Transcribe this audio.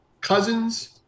cousins